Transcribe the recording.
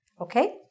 Okay